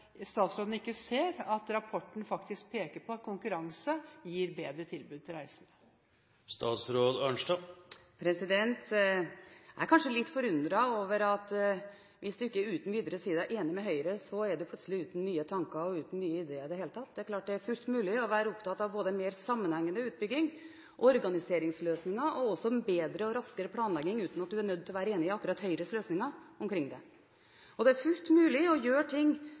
statsråden ikke ser at rapporten faktisk peker på at konkurranse gir bedre tilbud til reisende? Jeg er kanskje litt forundret over at hvis man ikke uten videre sier seg enig med Høyre, så er man plutselig uten nye tanker og uten nye ideer i det hele tatt. Det er klart det er fullt mulig å være opptatt av både mer sammenhengende utbygging, organiseringsløsninger og en bedre og raskere planlegging, uten at man nødt til å være enig i akkurat Høyres løsninger. Det er fullt mulig å gjøre ting